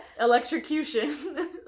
Electrocution